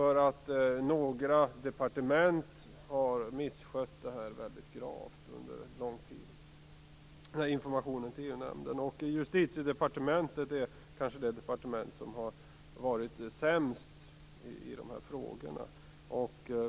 Några departement har nämligen gravt missskött informationen till EU-nämnden under en lång tid. Justitiedepartementet är kanske det departement som har varit sämst i de här frågorna.